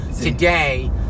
today